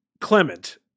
Clement